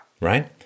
Right